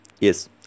Yes